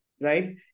right